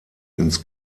ins